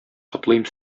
котлыйм